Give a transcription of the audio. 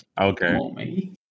Okay